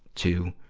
to,